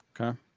okay